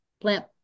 plant